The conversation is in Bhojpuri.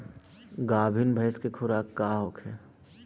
गाभिन भैंस के खुराक का होखे?